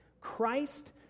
Christ